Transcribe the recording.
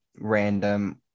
random